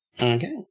Okay